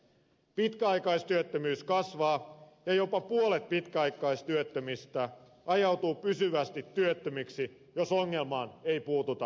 pitkäaikaistyöttömyys kasvaa ja jopa puolet pitkäaikaistyöttömistä ajautuu pysyvästi työttömiksi jos ongelmaan ei puututa nyt